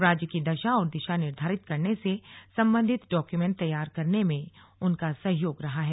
राज्य की दशा और दिशा निर्धारित करने से सम्बन्धित डाक्यूमेंट तैयार करने में उनका सहयोग रहा है